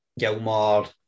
Gilmar